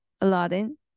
Aladdin